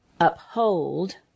uphold